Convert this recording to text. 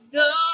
no